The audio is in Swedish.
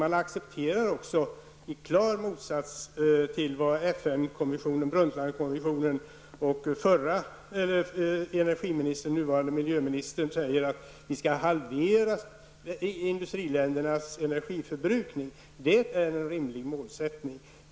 Man accepterar också en ökad energiförbrukning i klar motsats till vad Brundtlandskommissionen inom FN och förra energiministern, nuvarande miljöministern, säger, nämligen att industriländernas energiförbrukning skall halveras. Det är en rimlig målsättning.